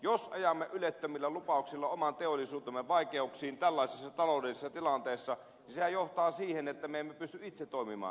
jos ajamme ylettömillä lupauksilla oman teollisuutemme vaikeuksiin tällaisessa taloudellisessa tilanteessa niin sehän johtaa siihen että me emme pysty itse toimimaan